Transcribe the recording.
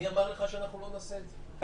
מי אמר לך שאנחנו לא נעשה את זה?